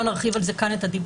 לא נרחיב על זה כאן את הדיבור,